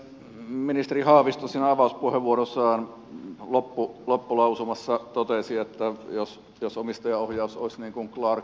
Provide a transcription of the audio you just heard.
ministeri haavisto avauspuheenvuorossaan loppulausumassa totesi että jos omistajaohjaus olisi niin kuin clark kent